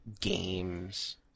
games